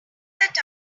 that